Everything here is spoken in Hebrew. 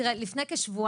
תראה, לפני כשבועיים,